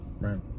right